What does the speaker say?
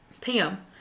Pam